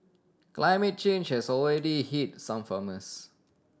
climate change has already hit some farmers